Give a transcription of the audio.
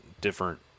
different